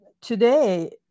today